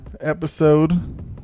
episode